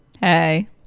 Hey